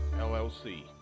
LLC